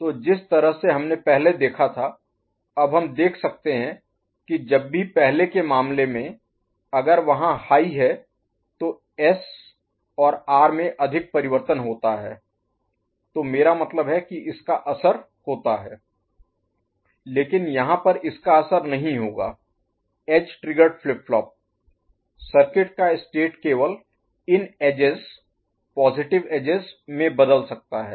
तो जिस तरह से हमने पहले देखा था अब हम देख सकते हैं कि जब भी पहले के मामले में अगर वहाँ हाई है तो एस और आर में अधिक परिवर्तन होता है तो मेरा मतलब है कि इसका असर होता लेकिन यहां पर इसका असर नहीं होगा edge triggered flip flop circuit का स्टेट केवल इन एड्जेस पॉजिटिव एड्जेस में बदल सकता है